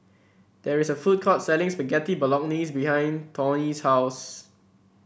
there is a food court selling Spaghetti Bolognese behind Toney's house